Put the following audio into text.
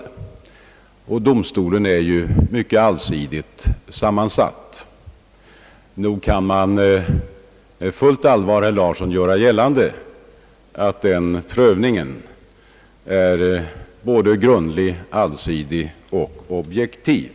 Försäkringsdomstolen är ju mycket allsidigt sammansatt, och man kan med fullt fog, herr Larsson, göra gällande att dess prövning är grundlig, allsidig och objektiv.